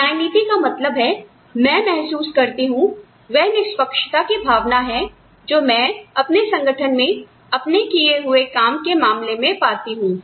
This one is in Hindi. न्याय नीति का मतलब मैं महसूस करती हूं वह निष्पक्षता की भावना है जो मैं अपने संगठन में अपने किए हुए काम के मामले में पाती हूं